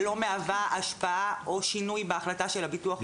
לא מהווה השפעה או שינוי בהחלטה של הביטוח הלאומי.